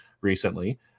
recently